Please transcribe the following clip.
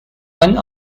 one